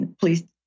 please